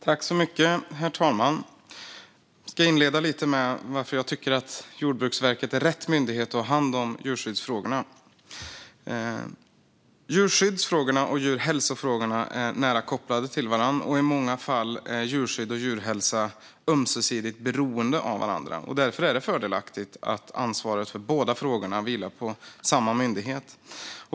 Herr talman! Jag ska inleda med lite om varför jag tycker att Jordbruksverket är rätt myndighet att ha hand om djurskyddsfrågorna. Djurskyddsfrågorna och djurhälsofrågorna är nära kopplade till varandra, och i många fall är djurskydd och djurhälsa ömsesidigt beroende. Därför är det fördelaktigt att ansvaret för båda frågorna vilar på samma myndighet.